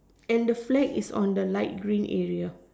and the flag is on the light green area